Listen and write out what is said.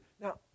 Now